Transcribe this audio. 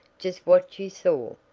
just what you saw?